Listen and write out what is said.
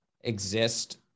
exist